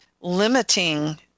limiting